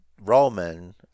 Roman